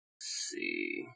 see